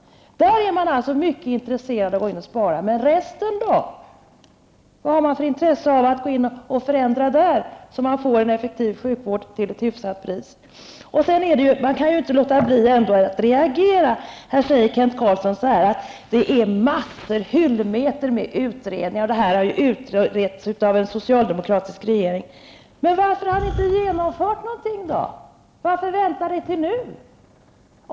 I det fallet är man mycket intresserad av att spara, men hur blir det med resten? Vad har man för intresse av att där gå in och genomföra förändringar för att det skall bli en effektiv sjukvård till ett hyfsat pris? Jag kan ändå inte låta bli att reagera. Kent Carlsson sade att det finns hyllmetrar av utredningar som har gjorts på initiativ av en socialdemokratisk regering. Varför har ni då inte genomfört någonting? Varför har ni väntat till nu?